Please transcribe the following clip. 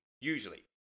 usually